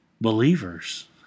believers